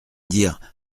dire